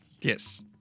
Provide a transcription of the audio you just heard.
Yes